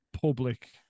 public